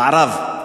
המערב,